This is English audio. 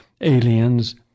aliens